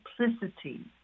simplicity